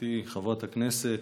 גברתי חברת הכנסת,